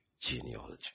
genealogy